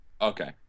Okay